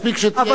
מספיק שתהיה,